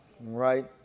right